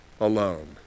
Alone